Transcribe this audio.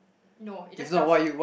no it just tells